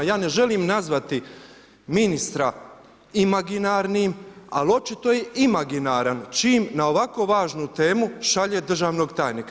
Ja ne želim nazvati ministra imaginarnim, ali očito je imaginaran čim na ovako važnu temu šalje državnog tajnika.